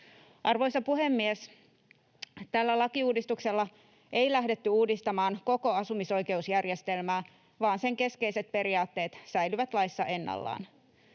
Arvoisa puhemies! Tällä lakiuudistuksella ei lähdetty uudistamaan koko asumisoikeusjärjestelmää, vaan sen keskeiset periaatteet säilyvät laissa ennallaan.